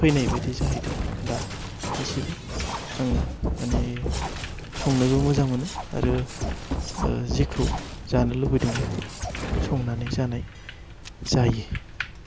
फैनायबायदि जाहैदों दा गासिबो आङो माने संनोबो मोजां मोनो आरो जेखौ जानो लुबैदों बिखौ संनानै जानाय जायो